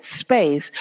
space